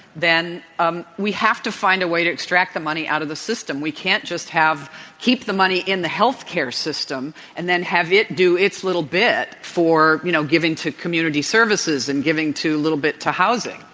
then um we have to find a way to extract the money out of the system. we can't just have keep the money in the health care system and then have it do its little bit for, you know, giving to community services and giving a little bit to housing.